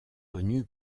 connu